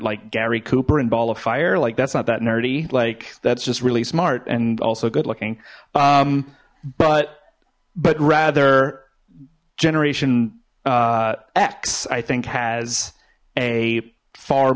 like gary cooper and ball of fire like that's not that nerdy like that's just really smart and also good looking but but rather generation x i think has a far